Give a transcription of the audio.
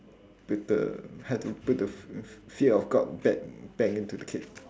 put the have to put the f~ f~ fear of god bad back into the kid